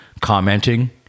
commenting